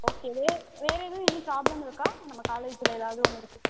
okay வே வேறு எதுவும் எனி ப்ராப்ளம் இருக்கா நம்ம காலேஜில் ஏதாவது உங்களுக்கு